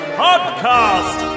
podcast